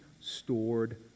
stored